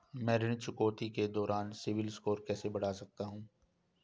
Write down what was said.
मैं ऋण चुकौती के दौरान सिबिल स्कोर कैसे बढ़ा सकता हूं?